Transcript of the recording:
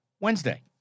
Wednesday